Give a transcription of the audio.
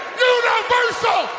Universal